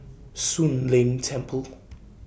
Soon Leng Temple